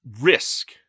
risk